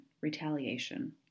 retaliation